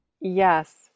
yes